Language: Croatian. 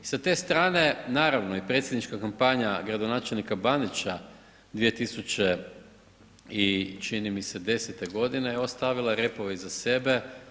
Sa te strane naravno i predsjednička kampanja gradonačelnika Bandića 2000. i čini mi se 10. godine ostavila je repove iza sebe.